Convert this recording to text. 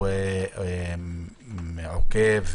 שהוא מעורה,